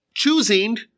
choosing